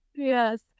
Yes